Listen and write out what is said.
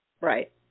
Right